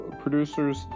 producers